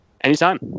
Anytime